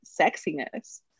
sexiness